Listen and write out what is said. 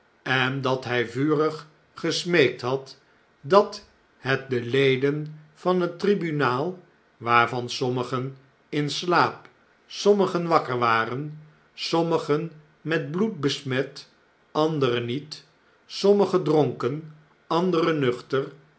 en dat hij vurig gesmeekt had dat het den leden van het tribunaal waarvan sommigen in slaap sommigen wakker waren sommigen met bloed besmet anderen niet sommigen dronken anderen nuchter